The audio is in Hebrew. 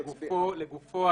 לגופו,